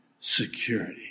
security